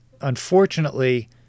unfortunately